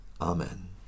Amen